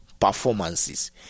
performances